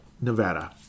Nevada